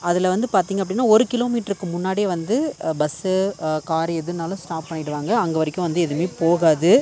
அதில் வந்து பார்த்தீங்க அப்படின்னா ஒரு கிலோமீட்டருக்கு முன்னாடியே வந்து பஸ்ஸு காரு எதுன்னாலும் ஸ்டாப் பண்ணிடுவாங்கள் அங்கே வரைக்கும் வந்து எதுவுமே போகாது